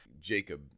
Jacob